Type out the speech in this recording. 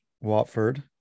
Watford